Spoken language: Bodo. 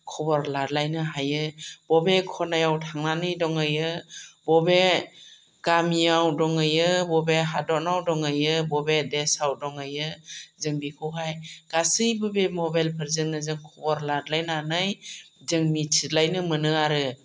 खबर लालायनो हायो बबे खनायाव थांनानै दंहैयो बबे गामियाव दंहैयो बबे हादराव दंहैयो बबे देशआव दंहैयो जों बेखौहाय गासैबो बे मबाइलफोरजोंनो जों खबर लालायनानै जों मिथिलायनो मोनो आरो